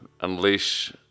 Unleash